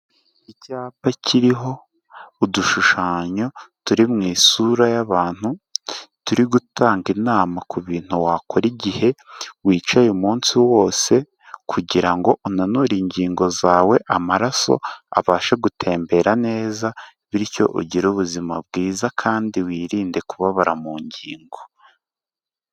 Icyapa kiriho udushushanyo turi mu isura y'abantu turi gutanga inama ku bintu wakora igihe wicaye umunsi wose, kugira ngo unure ingingo zawe amaraso abashe gutembera neza, bityo ugire ubuzima bwiza kandi wirinde kubabara mu ngingo.